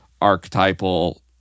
archetypal